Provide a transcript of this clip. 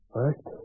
First